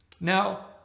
now